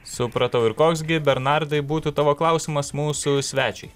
supratau ir koks gi bernardai būtų tavo klausimas mūsų svečiui